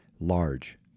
large